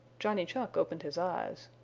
johnny chuck opened his eyes.